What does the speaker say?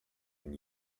when